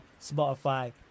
spotify